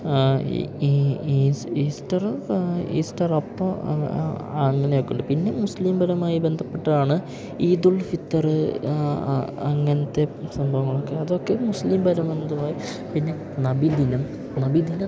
ആ ഇ ഈ ഈ ഈസ്റ്റർ ഈസ്റ്റർ അപ്പോൾ അത് ആ അങ്ങനെയൊക്കെയുണ്ട് പിന്നെ മുസ്ലിം പരമായി ബന്ധപ്പെട്ടാണ് ഈദ് ഉൽ ഫിത്തർ ആ അങ്ങനത്തെ സംഭവങ്ങളൊക്കെ അതൊക്കെ മുസ്ലിം പരബന്ധമായി പിന്നെ നബിദിനം നബി ദിനത്തിൽ